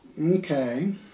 Okay